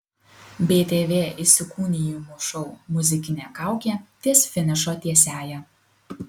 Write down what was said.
btv įsikūnijimų šou muzikinė kaukė ties finišo tiesiąja